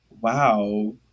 Wow